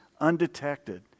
undetected